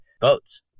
boats